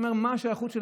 אדוני היושב-ראש,